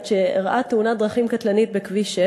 שאירעה תאונת דרכים קטלנית בכביש 6: